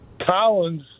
Collins